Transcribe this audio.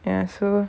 ya so